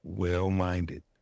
well-minded